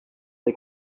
des